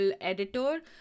editor